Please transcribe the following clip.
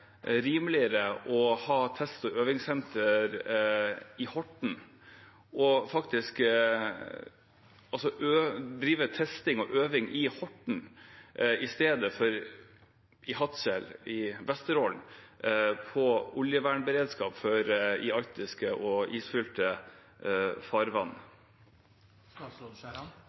rimeligere å ha test- og øvingssenter i Horten, faktisk å drive testing og øving i Horten i stedet for i Hadsel i Vesterålen når det gjelder oljevernberedskap for arktiske og isfylte farvann?